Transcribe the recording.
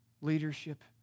leadership